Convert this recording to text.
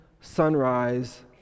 sunrise